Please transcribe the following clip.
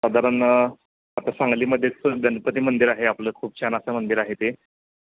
साधारण आता सांगलीमध्येच गणपती मंदिर आहे आपलं खूप छान असं मंदिर आहे ते